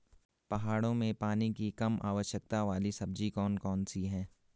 पहाड़ों में पानी की कम आवश्यकता वाली सब्जी कौन कौन सी हैं?